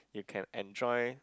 you can enjoy